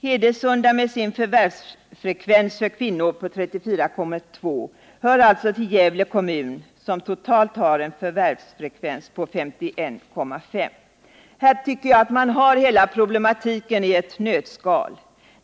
Hedesunda med sin förvärvsfrekvens för kvinnor på 34,2 26 hör alltså till Gävle kommun, som totalt har en förvärvsfrekvens på 51,5 96. Här har man problematiken i ett nötskal.